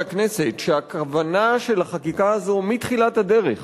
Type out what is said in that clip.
הכנסת שהכוונה של החקיקה הזו מתחילת הדרך